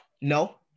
No